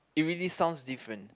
it really sounds different